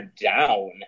down